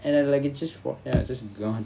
and then like it just was eh just gone